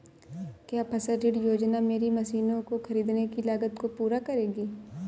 क्या फसल ऋण योजना मेरी मशीनों को ख़रीदने की लागत को पूरा करेगी?